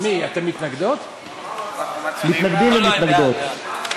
מתנגדים ומתנגדות.